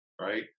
right